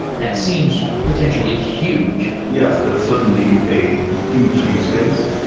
that seems potentially huge. yes. that's certainly a huge use case.